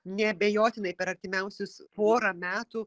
neabejotinai per artimiausius porą metų